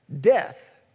death